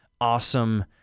awesome